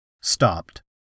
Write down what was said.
stopped